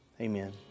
Amen